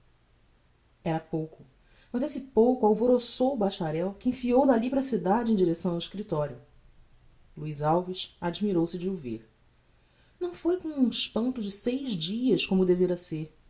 era pouco mas esse pouco alvoroçou o bacharel que enfiou d'alli para a cidade em direcção ao escriptorio luiz alves admirou-se de o ver não foi com um espanto de seis dias como devera ser